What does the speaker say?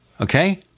okay